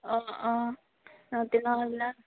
অঁ অঁ তেনেকুৱাবিলাক